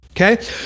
okay